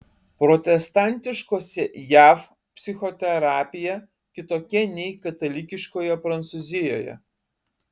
protestantiškose jav psichoterapija kitokia nei katalikiškoje prancūzijoje